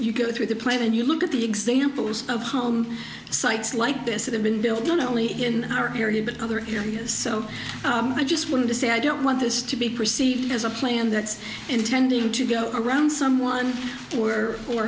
you go through the play when you look at the examples of home sites like this that have been built not only in our area but other areas so i just want to say i don't want this to be perceived as a plan that's intending to go around someone or fo